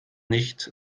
nicht